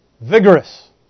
Vigorous